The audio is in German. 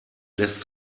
lässt